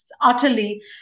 utterly